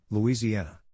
Louisiana